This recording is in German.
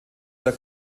der